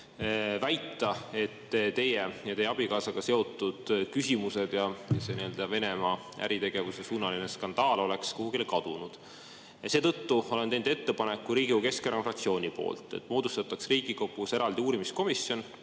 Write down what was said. väita, et teie ja teie abikaasaga seotud küsimused ja see Venemaa-suunalise äritegevuse skandaal oleks kuhugi kadunud. Seetõttu olen teinud ettepaneku Riigikogu Keskerakonna fraktsiooni poolt, et moodustataks Riigikogus eraldi uurimiskomisjon